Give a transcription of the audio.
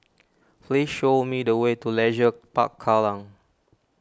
please show me the way to Leisure Park Kallang